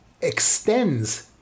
extends